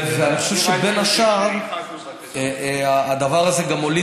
אני חושב שבין השאר הדבר הזה הוליד